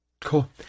cool